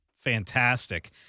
fantastic